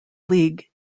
league